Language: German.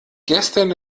gestern